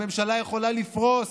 הממשלה יכולה לפרוס